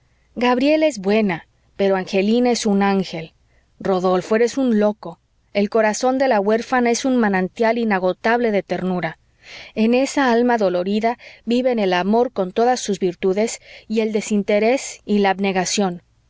gabriela es buena pero angelina es un ángel rodolfo eres un loco el corazón de la huérfana es un manantial inagotable de ternura en esa alma dolorida viven el amor con todas sus virtudes y el desinterés y la abnegación